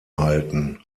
halten